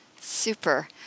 Super